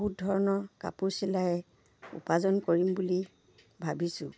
বহুত ধৰণৰ কাপোৰ চিলাই উপাৰ্জন কৰিম বুলি ভাবিছোঁ